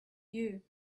you